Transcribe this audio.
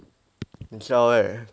很笑 right